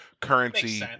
currency